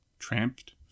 Tramped